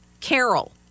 Carol